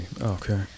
Okay